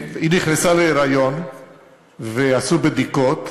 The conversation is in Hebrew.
היא נכנסה להיריון ועשו בדיקות,